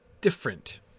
different